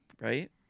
right